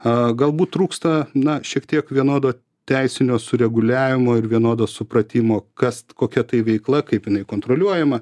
a galbūt trūksta na šiek tiek vienodo teisinio sureguliavimo ir vienodo supratimo kas kokia tai veikla kaip jinai kontroliuojama